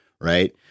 Right